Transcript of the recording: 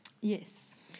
Yes